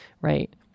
Right